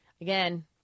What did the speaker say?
again